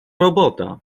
robota